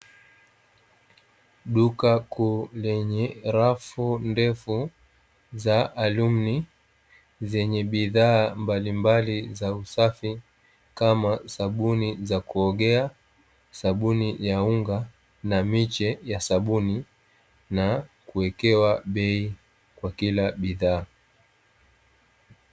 Duka kuu lenye rafu ndefu za alumni zenye bidhaa mbalimbali za usafi kama: sabuni za kuogea, sabuni ya unga na miche ya sabuni; na kuwekewa bei kwa kila bidhaa.